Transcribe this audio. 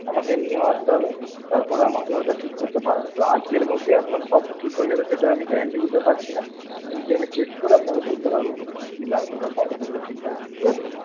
আমাকে নিয়েও আসতে হবে তারপরে আমাকে ওটা ঠিক করতে পারব তো আজকের মধ্যেই আপনাকে সব ঠিক হয়ে যাবে সেটা আমি গ্যারেন্টি দিতে পারছি না বিকেলে গেলে চেক করে আপনাকে বলতে পারব কী কী লাগবে বা কবের মধ্যে ঠিক হয়ে যাবে ঠিক আছে